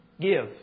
Give